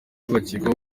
bakekwaho